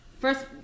first